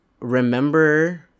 remember